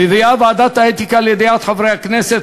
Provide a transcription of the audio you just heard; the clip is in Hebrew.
מביאה ועדת האתיקה לידיעת חברי הכנסת,